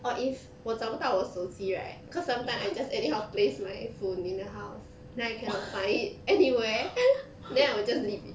or if 我找不到我手机 right cause sometimes I just anyhow place my phone in the house then I cannot find it anywhere then I will just leave it